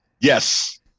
Yes